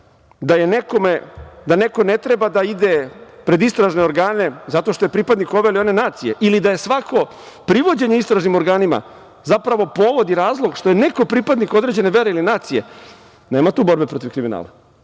da neko ne treba da ide pred istražne organe zato što je pripadnik ove ili one nacije ili da je svako privođenje istražnim organima zapravo povod i razlog što je neko pripadnik određene vere ili nacije, nema tu borbe protiv kriminala.